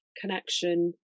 connection